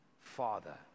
father